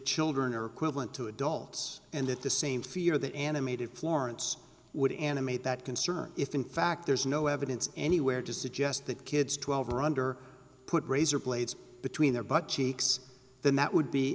children are equivalent to adults and at the same fear that animated florence would animate that concern if in fact there's no evidence anywhere to suggest that kids twelve or under put razorblades between their butt cheeks then that would be